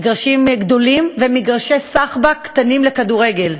מגרשים גדולים ומגרשי "סחבק" קטנים לכדורגל.